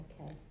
okay